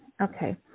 Okay